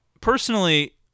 personally